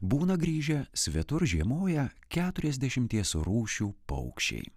būna grįžę svetur žiemoję keturiasdešimties rūšių paukščiai